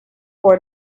for